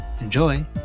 Enjoy